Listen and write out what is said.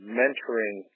mentoring